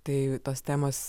tai tos temos